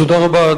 תודה רבה,